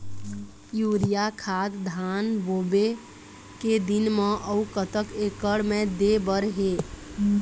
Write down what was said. Urea खाद धान बोवे के दिन म अऊ कतक एकड़ मे दे बर हे?